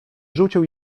rzucił